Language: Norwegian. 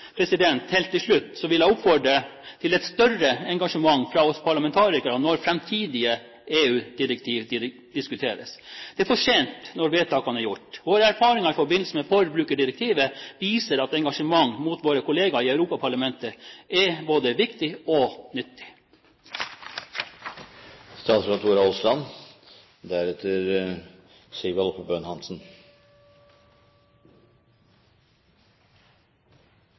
Helt til slutt vil jeg oppfordre til et større engasjement fra oss parlamentarikere når framtidige EU-direktiv diskuteres. Det er for sent når vedtakene er gjort. Våre erfaringer i forbindelse med forbrukerdirektivet viser at engasjement overfor våre kollegaer i EU-parlamentet er både viktig og